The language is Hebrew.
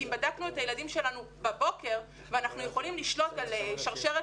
אם בדקנו את הילדים שלנו בבוקר ואנחנו יכולים לשלוט על שרשרת